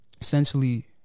essentially